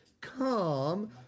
come